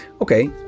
Okay